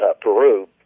Peru